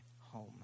home